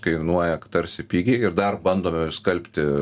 kainuoja tarsi pigiai ir dar bandome išskalbti